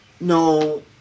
no